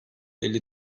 elli